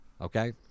Okay